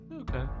Okay